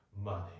money